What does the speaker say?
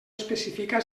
especifica